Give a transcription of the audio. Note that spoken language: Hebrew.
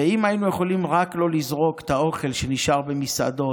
ואם היינו יכולים רק לא לזרוק את האוכל שנשאר במסעדות,